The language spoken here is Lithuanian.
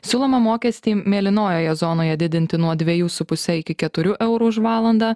siūlomą mokestį mėlynojoje zonoje didinti nuo dviejų su puse iki keturių eurų už valandą